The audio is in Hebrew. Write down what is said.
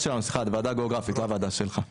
שלו היו ששרת